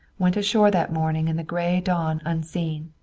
went ashore that morning in the gray dawn unseen,